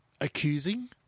accusing